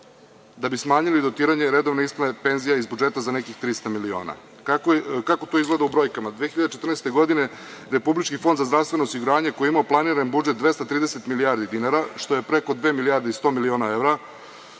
da bi smanjili dotiranje redovne isplate penzija iz budžeta za nekih 300 miliona. Kako to izgleda u brojkama? Godine 2014. Republički fond za zdravstveno osiguranje koji je imao planiran budžet za 230 milijardi dinara, što je preko dve milijarde i 100 miliona evra,